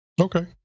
Okay